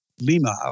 Lima